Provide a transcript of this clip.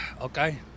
Okay